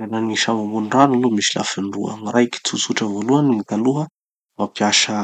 Gny fandehanan'ny gny sambo ambony rano aloha misy lafiny roa: gny raiky tsotsotra voalohany taloha, mampiasa